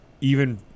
even-